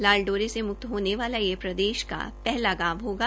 लाल डोरे से मुक्त होने वाला ये प्रदेश का पहला गांव होगा